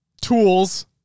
Tools